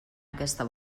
aquesta